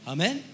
Amen